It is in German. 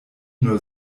nur